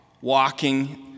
walking